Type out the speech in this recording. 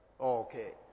Okay